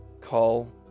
Call